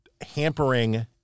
hampering